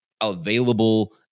available